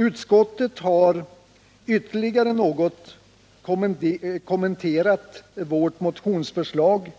Utskottet har ytterligare något kommenterat vårt motionsförslag